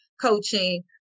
coaching